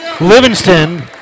Livingston